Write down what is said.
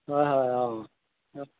হয় হয় অঁ অঁ